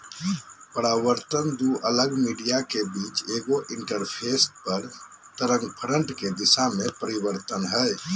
परावर्तन दू अलग मीडिया के बीच एगो इंटरफेस पर तरंगफ्रंट के दिशा में परिवर्तन हइ